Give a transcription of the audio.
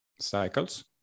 cycles